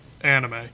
anime